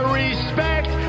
respect